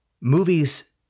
movies